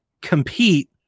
compete